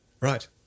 Right